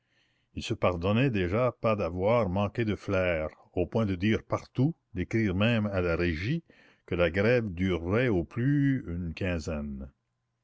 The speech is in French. il ne se pardonnait déjà pas d'avoir manqué de flair au point de dire partout d'écrire même à la régie que la grève durerait au plus une quinzaine